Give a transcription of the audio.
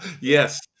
Yes